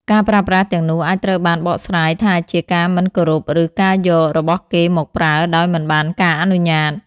ការប្រើប្រាស់ទាំងនោះអាចត្រូវបានបកស្រាយថាជាការមិនគោរពឬការយករបស់គេមកប្រើដោយមិនបានការអនុញ្ញាត។